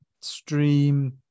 stream